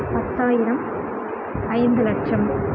பத்தாயிரம் ஐந்து லட்சம்